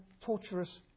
torturous